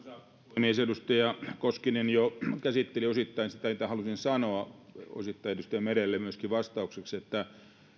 puhemies edustaja koskinen jo käsitteli osittain sitä mitä halusin sanoa osittain edustaja merelle myöskin vastaukseksi että